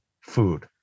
food